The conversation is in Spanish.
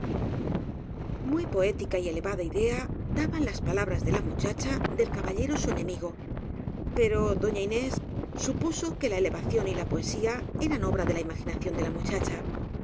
muy poética y elevada idea daban las palabras de la muchacha del caballero su enemigo pero doña inés supuso que la elevación y la poesía eran obra de la imaginación de la muchacha